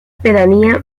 pedanía